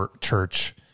church